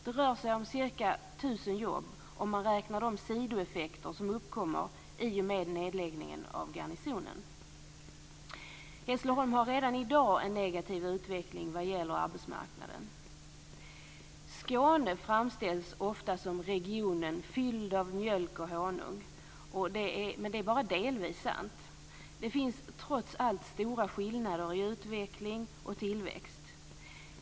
Det rör sig om ca 1 000 jobb om man räknar de sidoeffekter som uppkommer i och med nedläggningen av garnisonen. Hässleholm har redan i dag en negativ utveckling vad gäller arbetsmarknaden. Skåne framställs ofta som regionen "fylld av mjölk och honung". Men det är bara delvis sant. Det finns trots allt stora skillnader i utveckling och tillväxt.